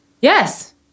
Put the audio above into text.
Yes